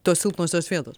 tos silpnosios vietos